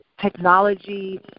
technology